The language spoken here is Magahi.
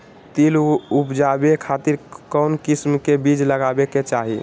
तिल उबजाबे खातिर कौन किस्म के बीज लगावे के चाही?